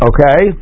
Okay